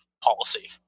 policy